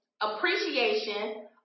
appreciation